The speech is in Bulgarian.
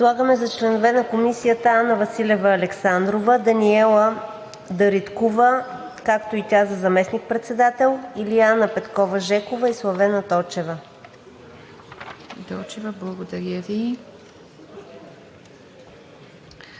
Предлагаме за членове на Комисията Анна Василева Александрова, Даниела Дариткова и за заместник-председател, Илиана Петкова Жекова и Славена Точева. ПРЕДСЕДАТЕЛ ИВА